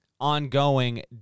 ongoing